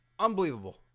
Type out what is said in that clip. Unbelievable